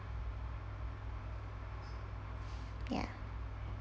ya